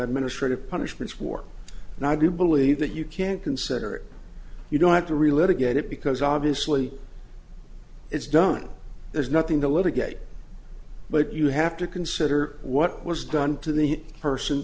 administrative punishments work and i do believe that you can consider it you don't have to relive to get it because obviously it's done there's nothing to litigate but you have to consider what was done to the person